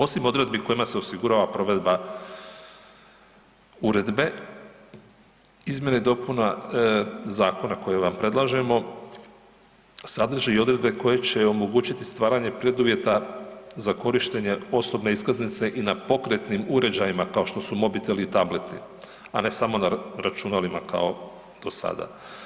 Osim odredbi kojima se osigurava provedba uredbe izmjene i dopuna zakona koje vam predlažemo sadrže i odredbe koje će omogućiti stvaranje preduvjeta za korištenje osobne iskaznice i na pokretnim uređajima kao što su mobiteli i tableti, a ne samo na računalima kao do sada.